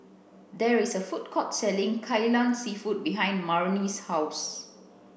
there is a food court selling Kai Lan seafood behind Marnie's house